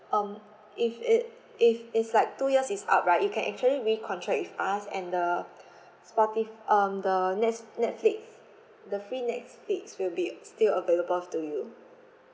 um if it if it's like two years is up right you can actually re contract with us and the spoti~ um the net~ netflix the free netflix will be still available to you